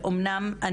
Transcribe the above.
אמנם,